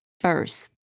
first